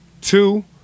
two